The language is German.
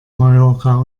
mallorca